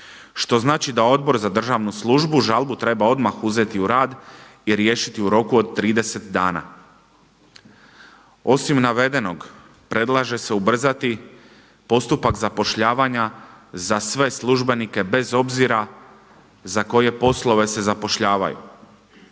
što znači da Odbor za državnu službu žalbu treba odmah uzeti u rad i riješiti u roku od 30 dana. Osim navedenog predlaže se ubrzati postupak zapošljavanja za sve službenike bez obzira za koje poslove se zapošljavaju.